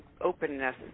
openness